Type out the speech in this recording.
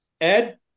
Ed